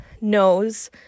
knows